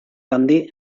handi